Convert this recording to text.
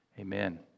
Amen